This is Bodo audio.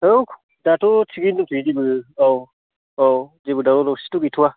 औ दाथ' थिगैनो दंथ'यो जेबो औ औ जेबो दावराव दावसिथ' गैथ'आ